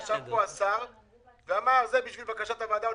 אם הוא עובר על החוק, אם הוא משקר, יש בשביל זה